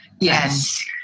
Yes